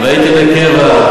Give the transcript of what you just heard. היית חייל מצטיין?